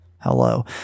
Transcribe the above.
Hello